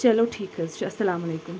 چلو ٹھیٖک حَظ چھُ اَسَلامُ علَیکُم